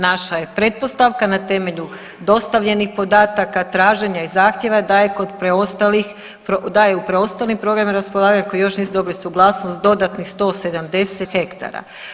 Naša je pretpostavka na temelju dostavljenih podataka, traženja i zahtjeva da je kod preostalih, da je u preostalim programima raspolaganja koji još nisu dobili suglasnost dodatnih 170.000 hektara.